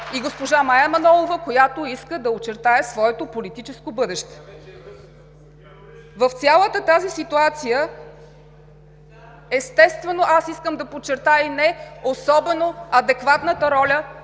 и госпожа Мая Манолова, която иска да очертае своето политическо бъдеще. В цялата тази ситуация, естествено аз искам да подчертая и не особено адекватната роля